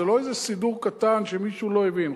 זה לא איזה סידור קטן שמישהו לא הבין,